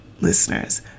listeners